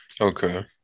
okay